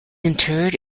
interred